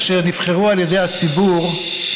חברי הכנסת אשר נבחרו על ידי הציבור על